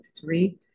three